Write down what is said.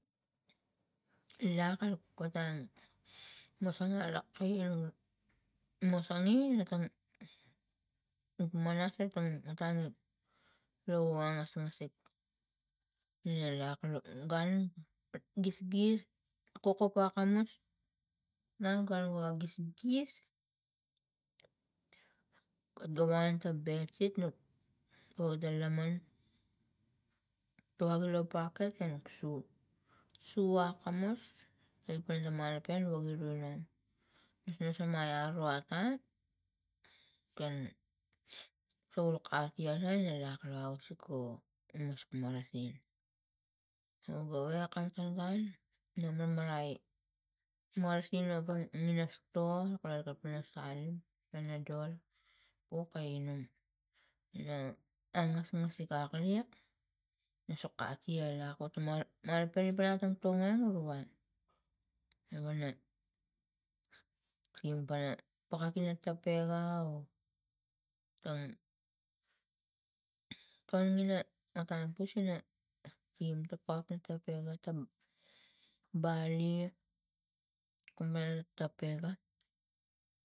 Lak otang mosonga lak kai lo mosonge na tang nuk manas itang otang lo angasgasik ina lak lo gun gisgis kokopa akamus nang gunua gisgis gavan ta bedsit nuk po ta laman tuagil lo bucket o nuk su, su akamus toi a pan lo maloken wogi rolong nasnasam mai aro ata ken sok ina kati ata na lak lo ausik o mus marasin o gawek a kam matan gun nu manmarai marasin inu sto wa kalapang ina salim panadol puke inum na angasgasik akaliak nu so kati a liak atmot malopen ipanang tom tomian uru van na vana ting pana pakak ina tapega o tang tangina otang apusina ting ta pap ina tapega tam bali kunvana tapega.